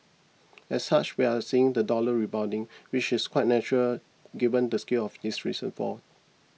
as such we are seeing the dollar rebounding which is quite natural given the scale of its recent fall